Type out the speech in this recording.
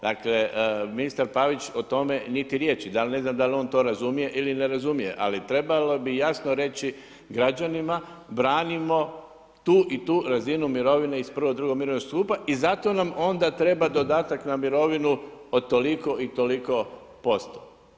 Dakle ministar Pavić o tome niti riječi, ja ne znam da li on to razumije ili ne razumije, ali trebalo bi jasno reći građanima branimo tu i tu razinu mirovine iz I. i II. mirovinskog stupa i zato nam onda treba dodatak na mirovinu od toliko i toliko posto.